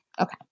Okay